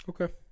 Okay